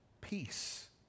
peace